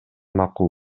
макул